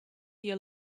your